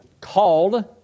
called